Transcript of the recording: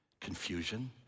Confusion